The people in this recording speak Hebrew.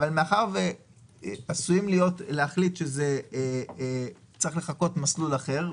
מאחר ועשויים להחליט שצריך לחקות מסלול אחר,